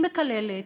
היא מקללת,